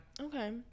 okay